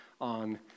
on